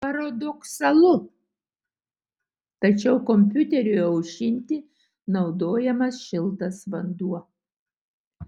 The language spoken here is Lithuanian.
paradoksalu tačiau kompiuteriui aušinti naudojamas šiltas vanduo